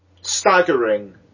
staggering